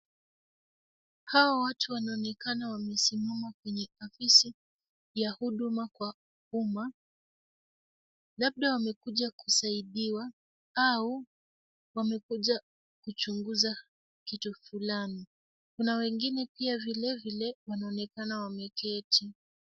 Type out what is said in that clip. Hawa watu wanaonekana wamesimama kwenye afisi ya huduma kwa uma, labda wamekuja kusaidiwa au wamekuja kuchunguza kitu fulani. Kuna wengine pia vile vile wanaonekana wameketi.